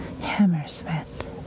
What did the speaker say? Hammersmith